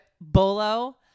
Bolo